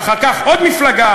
ואחר כך עוד מפלגה,